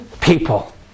people